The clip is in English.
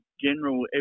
general